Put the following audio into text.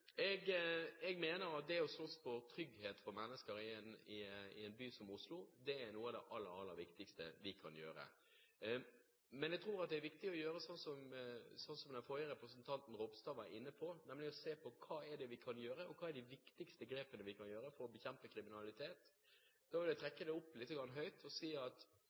Jeg mener at det å slåss for trygghet for mennesker i en by som Oslo er noe av det aller, aller viktigste vi kan gjøre. Men jeg tror det er viktig, som den forrige representanten – Ropstad – var inne på, å se på hva vi kan gjøre, hvilke viktige grep vi kan ta for å bekjempe kriminalitet. Da vil jeg trekke det opp litt høyt og si at